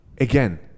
again